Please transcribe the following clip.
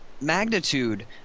magnitude